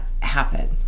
happen